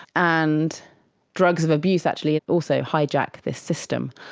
and drugs of abuse actually also hijack this system,